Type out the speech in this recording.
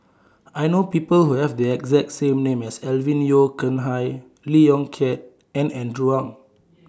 I know People Who Have The exact name as Alvin Yeo Khirn Hai Lee Yong Kiat and Andrew Ang